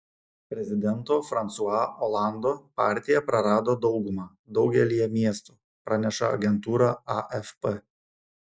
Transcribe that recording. prezidento fransua olando partija prarado daugumą daugelyje miestų praneša agentūra afp